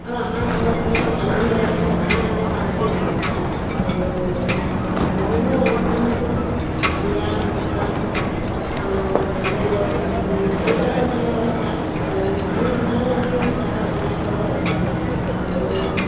আৰু আমাৰ ঘৰত ধৰি লওক আলহী আহিলে প্ৰথমে আমি চাহ কাপেই দিওঁ আৰু বিভিন্ন অনুষ্ঠানতো বিয়া সকাম আৰু ধৰি লওক মানে এইবিলাকত দিয়া হয় চাহ আৰু মোৰ বিষালেও আমি চাহকাপ বনাই খোৱা হয় আৰু